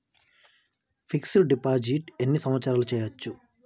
Fix డ్ deposit ఎన్ని సంవత్సరాలు చేయచ్చు?